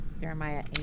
Jeremiah